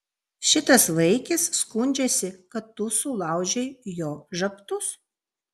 šitas vaikis skundžiasi kad tu sulaužei jo žabtus